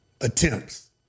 attempts